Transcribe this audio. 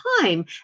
time